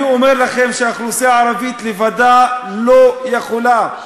אני אומר לכם שהאוכלוסייה הערבית לבדה לא יכולה,